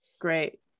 great